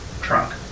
trunk